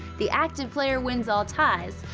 the active player wins all ties.